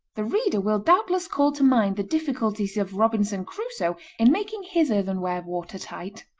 the reader will doubtless call to mind the difficulties of robinson crusoe in making his earthenware water-tight.